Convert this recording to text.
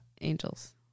Angels